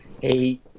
Hey